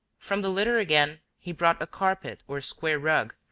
from the litter again he brought a carpet or square rug,